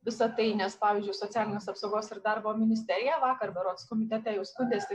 visa tai nes pavyzdžiui socialinės apsaugos ir darbo ministerija vakar berods komitete jau skundėsi